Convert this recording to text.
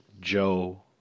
Joe